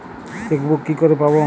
Chequebook কি করে পাবো?